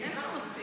אין היום מספיק.